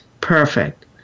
perfect